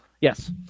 Yes